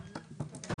₪.